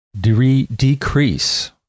decrease